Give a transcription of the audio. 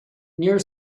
near